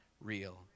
real